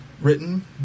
written